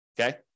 okay